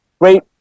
great